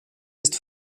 ist